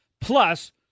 Plus